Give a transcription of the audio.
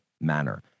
manner